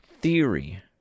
theory